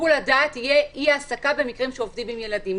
שיקול הדעת יהיה אי העסקה במקרים שעובדים עם ילדים,